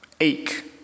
ache